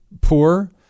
poor